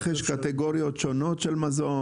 אני מניח גם שיש קטיגוריות שונות של מזון